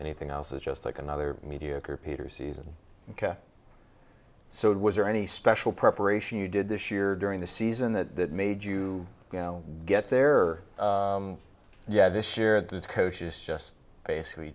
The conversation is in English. anything else is just like another mediocre peter season so it was there any special preparation you did this year during the season that made you you know get there or yeah this year this coach is just basically